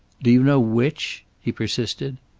do you know which? he persisted.